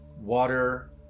water